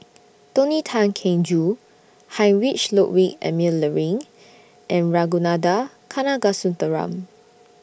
Tony Tan Keng Joo Heinrich Ludwig Emil Luering and Ragunathar Kanagasuntheram